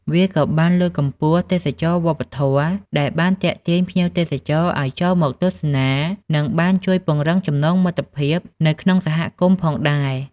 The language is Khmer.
វាក៏បានលើកកម្ពស់ ទេសចរណ៍វប្បធម៌ ដែលបានទាក់ទាញភ្ញៀវទេសចរឱ្យចូលមកទស្សនា និងបានជួយ ពង្រឹងចំណងមិត្តភាព នៅក្នុងសហគមន៍ផងដែរ។